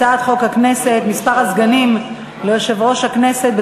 הצעת חוק העסקת עובדים על-ידי קבלני שירות